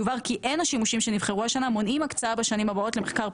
יובהר שאין השימושים שנבחרו השנה מונעים הקצאה בשנים הבאות למחקר,